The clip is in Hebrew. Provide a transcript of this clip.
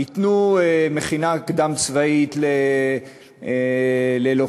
ייתנו מכינה קדם-אקדמית ללוחם.